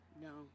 no